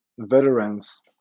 veterans